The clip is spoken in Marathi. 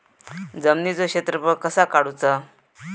जमिनीचो क्षेत्रफळ कसा काढुचा?